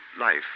life